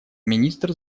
министр